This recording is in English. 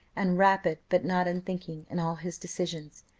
and rapid, but not unthinking, in all his decisions.